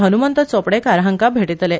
हनुमंत चोपडेंकार हांकां भेटयतले